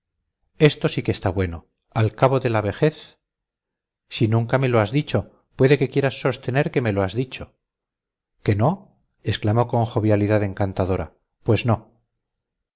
esto sí que está bueno al cabo de la vejez si nunca me lo has dicho puede que quieras sostener que me lo has dicho que no exclamó con jovialidad encantadora pues no